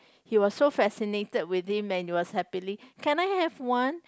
he was so fascinated with him and he was happily can I have one